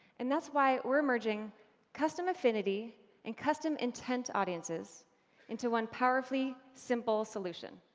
and that's why we're merging custom affinity and custom intent audiences into one powerfully simple solution.